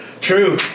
True